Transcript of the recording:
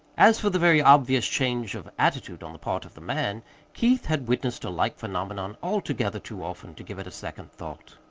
as for the very obvious change of attitude on the part of the man keith had witnessed a like phenomenon altogether too often to give it a second thought.